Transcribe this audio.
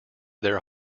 their